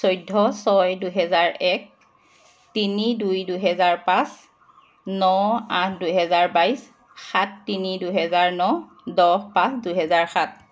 চৈধ্য ছয় দুহেজাৰ এক তিনি দুই দুহেজাৰ পাঁচ ন আঠ দুহেজাৰ বাইছ সাত তিনি দুহেজাৰ ন দহ পাঁচ দুহেজাৰ সাত